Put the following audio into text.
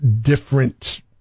different